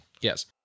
Yes